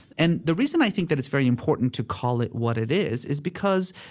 and the reason i think that it's very important to call it what it is, is because,